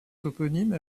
toponyme